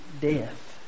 death